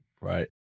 right